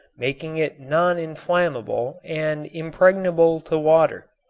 making it non-inflammable and impregnable to water.